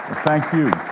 thank you.